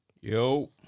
Yo